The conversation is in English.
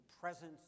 presence